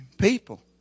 people